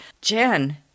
Jen